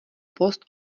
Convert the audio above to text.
post